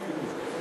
ועפו